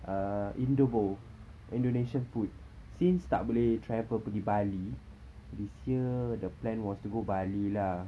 uh indobowl indonesian food since tak boleh travel pergi bali this year the plan was to go bali lah